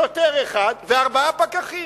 שוטר אחד וארבעה פקחים.